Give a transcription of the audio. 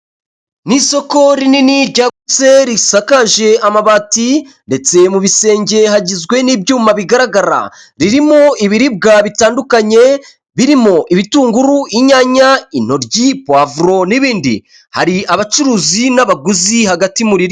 Ni isoko rinini ryagutse risakaje amabati, ndetse mu bisenge hagizwe n'ibyuma bigaragara, ririmo ibiribwa bitandukanye birimo ibitunguru, inyanya, intoryi, puwavuro n'ibindi, hari abacuruzi n'abaguzi hagati.